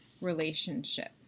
relationship